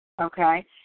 okay